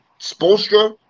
Spolstra